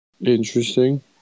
Interesting